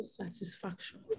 satisfaction